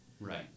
Right